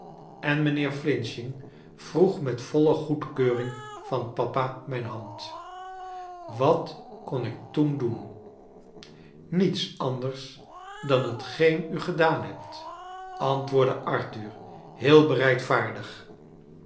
en mijnheer flinching vroeg met voile goedkeuring van papa mrjn hand wat kon ik toen doen niets anders dan hetgeen u gedaan hebt antwoordde arthur heel